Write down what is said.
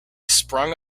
sprung